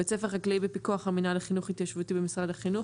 בית ספר חקלאי בפיקוח המינהל לחינוך התיישבותי במשרד החינוך.